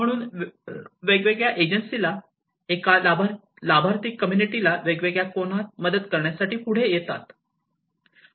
म्हणून वेगवेगळ्या एजन्सी एका लाभार्थी कम्युनिटीला वेगवेगळ्या कोनात मदत करण्यासाठी पुढे येतात